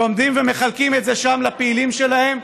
שעומדים ומחלקים את זה שם לפעילים שלהם.